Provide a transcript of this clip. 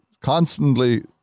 constantly